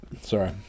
sorry